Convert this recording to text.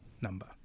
number